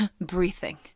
breathing